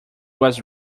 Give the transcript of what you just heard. was